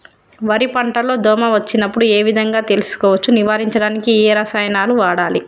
వరి పంట లో దోమ వచ్చినప్పుడు ఏ విధంగా తెలుసుకోవచ్చు? నివారించడానికి ఏ రసాయనాలు వాడాలి?